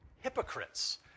hypocrites